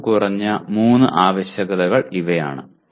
ഏറ്റവും കുറഞ്ഞ മൂന്ന് ആവശ്യകതകൾ ഇവയാണ്